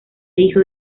hijo